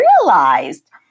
realized